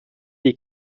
die